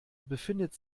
befindet